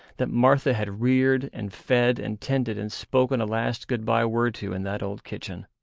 that martha had reared and fed and tended and spoken a last good bye word to in that old kitchen.